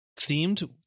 themed